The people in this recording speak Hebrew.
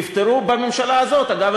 נפתרו בממשלה הזאת, אגב.